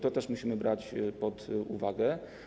To też musimy brać pod uwagę.